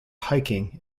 hiking